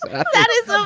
i bet it is. ah